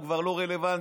הוא כבר לא רלוונטי.